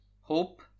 Hope